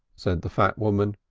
said the fat woman.